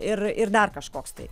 ir ir dar kažkoks tai